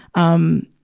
um,